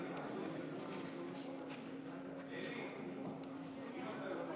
עד